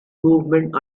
movement